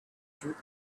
through